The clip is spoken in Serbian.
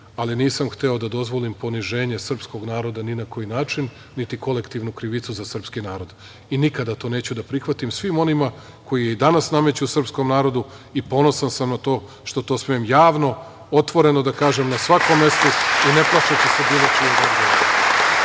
ali nisam hteo da dozvolim poniženje srpskog naroda ni na koji način, niti kolektivnu krivicu za srpski narod. Nikada to neću da prihvatim, svim onima koji i danas nameću srpskom narodu i ponosan sam na to što smem javno, otvoreno da kažem na svakom mestu. Govorili ste nešto o onome